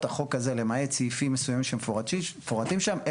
החוק הזה למעט סעיפים מסוימים שמפורטים שם,